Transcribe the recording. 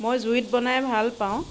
মই জুইত বনাই ভাল পাওঁ